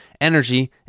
energy